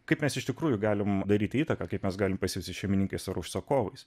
kaip mes iš tikrųjų galim daryti įtaką kaip mes galim pasijusti šeimininkais ar užsakovais